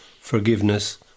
forgiveness